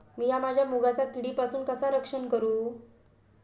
मीया माझ्या मुगाचा किडीपासून कसा रक्षण करू?